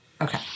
Okay